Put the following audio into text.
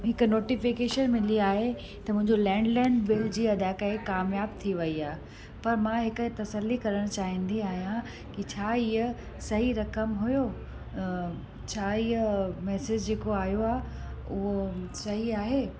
हिकु नोटिफिकेशन मिली आहे त मुंहिंजो लैंडलाइन बिल जी अदायगी कामयाब थी वई आहे पर मां हिकु तसली करणु चाहींदी आहियां की छा इहा सही रक़म हुओ छा इहा मैसेज जेको आयो आहे उहो सही आहे